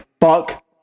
fuck